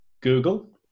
google